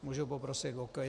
Můžu poprosit o klid?